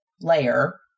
layer